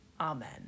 Amen